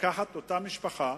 לקחת את אותה משפחה,